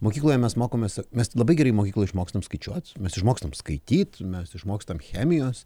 mokykloje mes mokomės mes labai gerai mokykloje išmokstam skaičiuoti mes išmokstam skaityti mes išmokstam chemijos